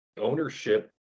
ownership